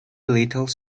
little